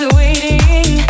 waiting